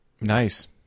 Nice